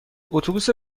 اتوبوس